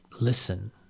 listen